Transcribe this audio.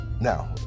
Now